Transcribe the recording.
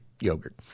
yogurt